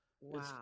Wow